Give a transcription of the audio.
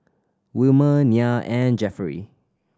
Wilmer Nyah and Jefferey